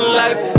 life